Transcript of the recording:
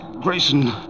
Grayson